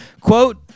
quote